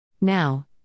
Now